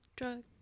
Drug